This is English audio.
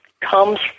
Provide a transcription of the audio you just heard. comes